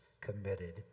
committed